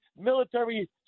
military